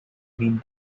been